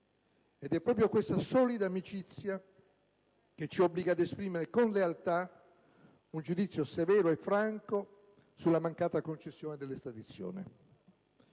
È proprio questa solida amicizia che ci obbliga ad esprimere, con lealtà, un giudizio severo e franco sulla mancata concessione dell'estradizione.